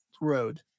road